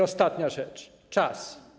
Ostatnia rzecz - czas.